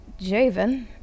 Javen